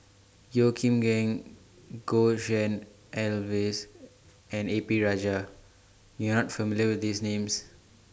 Yeo Kim Seng Goh Tshin En Sylvia and A P Rajah YOU Are not familiar with These Names